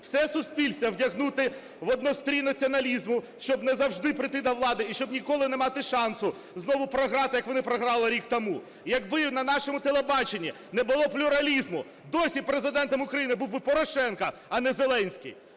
все суспільство вдягнути в однострій націоналізму, щоб назавжди прийти до влади і щоб ніколи не мати шансу знову програти, як вони програли рік тому. Якби на нашому телебаченні не було плюралізму, досі Президентом України був би Порошенко, а не Зеленський.